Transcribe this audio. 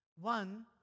One